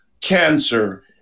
cancer